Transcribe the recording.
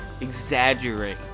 exaggerate